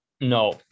No